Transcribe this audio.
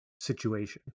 situation